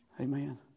Amen